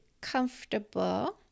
comfortable